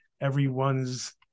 everyone's